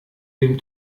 dem